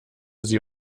sie